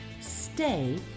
stay